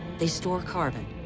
they store carbon,